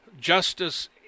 justice